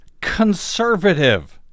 Conservative